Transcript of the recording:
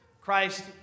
Christ